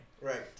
Right